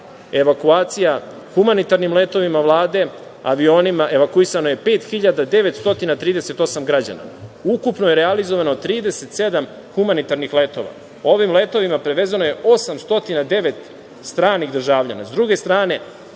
Evakuacija humanitarnim letovima Vlade, avionima evakuisano je 5.938 građana. Ukupno je realizovano 37 humanitarnih letova. Ovim letovima prevezeno je 809 stranih državljana.